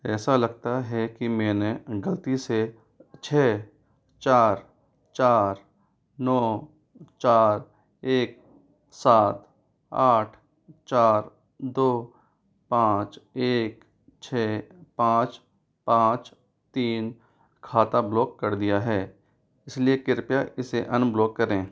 ऐसा लगता है कि मैंने गलती से छः चार चार नौ चार एक सात आठ चार दो पाँच एक छः पाँच पाँच तीन खाता ब्लॉक कर दिया है इसलिए कृपया इसे अनब्लॉक करें